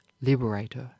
Liberator